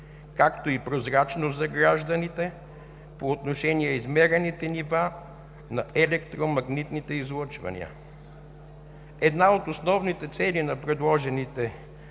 както и прозрачност за гражданите по отношение измерените нива на електромагнитните излъчвания. Една от основните цели на предложените